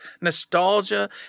nostalgia